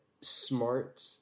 smart